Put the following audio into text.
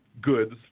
goods